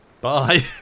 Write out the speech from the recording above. bye